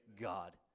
God